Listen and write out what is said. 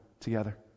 together